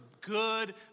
good